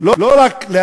לא רק להבין.